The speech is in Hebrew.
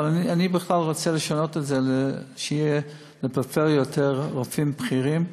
אבל אני בכלל רוצה לשנות את זה שיהיו לפריפריה יותר רופאים בכירים,